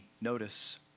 notice